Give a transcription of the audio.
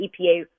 EPA